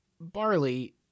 Barley